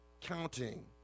counting